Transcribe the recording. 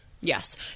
Yes